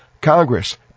Congress